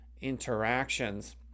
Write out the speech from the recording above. interactions